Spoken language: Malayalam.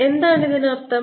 എന്താണ് ഇതിനർത്ഥം